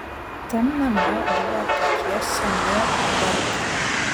tam name buvo tokie seni balkiai